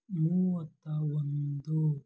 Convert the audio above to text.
ಮೂವತ್ತ ಒಂದು